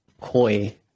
coy